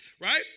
right